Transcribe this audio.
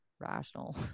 rational